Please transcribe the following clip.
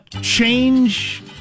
change